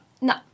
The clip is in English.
No